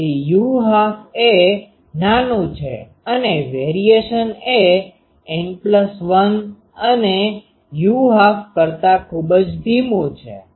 તેથી u12 એ નાનું છે અને વેરીએશનvariationફેરફાર એ N1 અને u12 કરતા ખુબ જ ધીમું છે